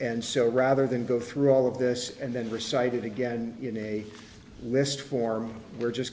and so rather than go through all of this and then recite it again in a list form we're just